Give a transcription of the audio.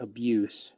Abuse